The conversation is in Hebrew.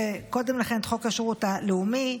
וקודם לכן, את חוק השירות הלאומי,